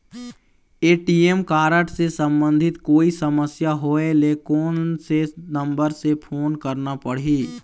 ATM card से संबंधित कोई समस्या होय ले, कोन से नंबर से फोन करना पढ़ही?